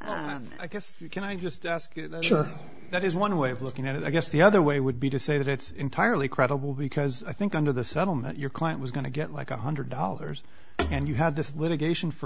i guess you can i just ask that is one way of looking at it i guess the other way would be to say that it's entirely credible because i think under the settlement your client was going to get like one hundred dollars and you had this litigation for